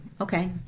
okay